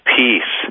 peace